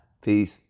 Peace